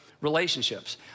relationships